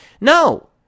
No